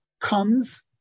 comes